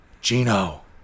Gino